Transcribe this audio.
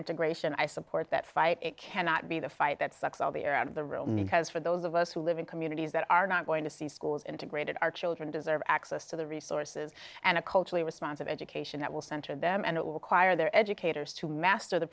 integration i support that fight it cannot be the fight that sucks all the air out of the real me has for those of us who live in communities that are not going to see schools integrated our children deserve access to the resources and a culturally responsive education that will center them and it will require their educators to master the